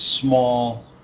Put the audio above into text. small